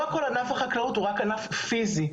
לא כל ענף החקלאות הוא רק ענף פיזי,